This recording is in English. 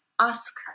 ask